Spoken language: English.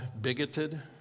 bigoted